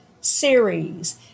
Series